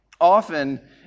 Often